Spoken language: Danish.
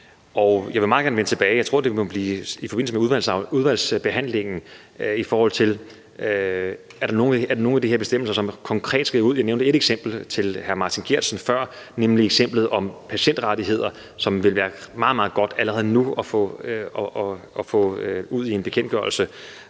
Jeg vil meget gerne vende tilbage – jeg tror, at det må blive i forbindelse med udvalgsbehandlingen – i forhold til om der er nogle af de her bestemmelser, som konkret skal føres ud i livet. Jeg nævnte et eksempel for hr. Martin Geertsen før, nemlig eksemplet om patientrettigheder, som vil være meget, meget godt allerede nu at få ud i en bekendtgørelse.